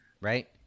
right